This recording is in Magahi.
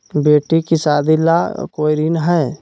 बेटी के सादी ला कोई ऋण हई?